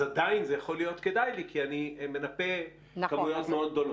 אז עדיין זה יכול להיות כדאי לי כי אני מנפה כמויות מאוד גדולות.